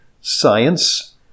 science